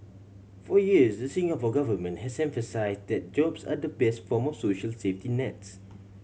for years the Singapore Government has emphasise that jobs are the best form of social safety nets